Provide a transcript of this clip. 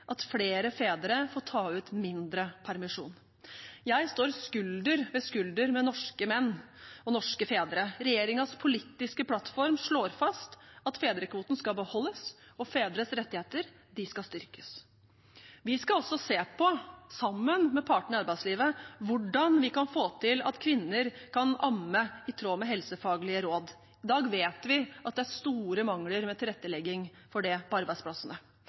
at flere fedre får ta ut mindre permisjon. Jeg står skulder ved skulder med norske menn og norske fedre. Regjeringens politiske plattform slår fast at fedrekvoten skal beholdes og fedres rettigheter skal styrkes. Vi skal også se på, sammen med partene i arbeidslivet, hvordan vi kan få til at kvinner kan amme i tråd med helsefaglige råd. I dag vet vi at det er store mangler ved tilrettelegging for det på arbeidsplassene.